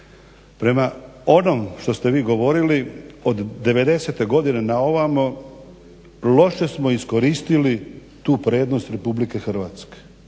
Prema onom što ste vi govorili od '90-e godine na ovamo loše smo iskoristili tu prednost RH, loše smo